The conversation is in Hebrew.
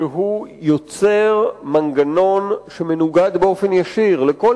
שהוא יוצר מנגנון שמנוגד באופן ישיר לכל